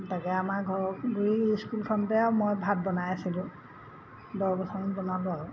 তাকে আমাৰ ঘৰৰ গুৰিৰ স্কুলখনতে মই ভাত বনাই আছিলোঁ দহ বছৰমান বনালোঁ আৰু